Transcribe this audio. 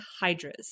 hydras